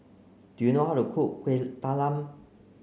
do you know how to cook Kueh Talam